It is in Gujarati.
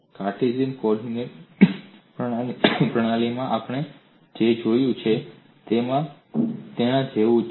કાર્ટેશિયન કોઓર્ડિનેટ પ્રણાલીમાં આપણે જે જોયું છે તેના જેવું જ છે